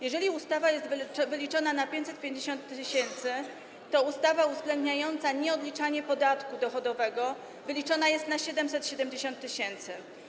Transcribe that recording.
Jeżeli ustawa jest wyliczona na 550 tys., to ustawa uwzględniająca nieodliczanie podatku dochodowego wyliczona jest na 770 tys.